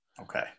Okay